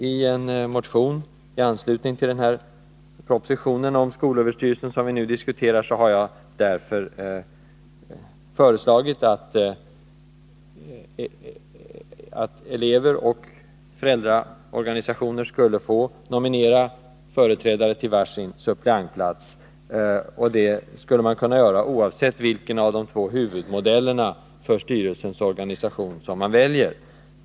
I en motion i anslutning till den proposition om skolöverstyrelsen som vi nu diskuterar har jag därför föreslagit att elevoch föräldraorganisationerna skall få nominera företrädare till var sin suppleantplats. Det skulle de kunna göra oavsett vilken av de två huvudmodeller för styrelsens organisation som väljs.